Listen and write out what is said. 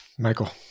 michael